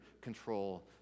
control